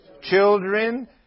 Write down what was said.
Children